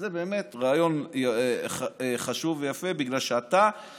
זה באמת רעיון חשוב ויפה בעולמנו,